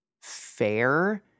fair